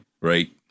right